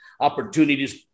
opportunities